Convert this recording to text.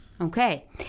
Okay